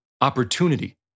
opportunity